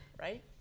right